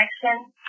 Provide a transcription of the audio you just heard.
connection